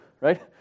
right